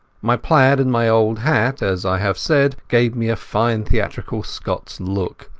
my plaid and my old hat, as i have said, gave me a fine theatrical scots look.